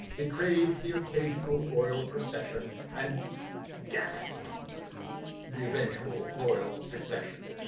he craved the occasional royal procession and gasp the eventual royal succession.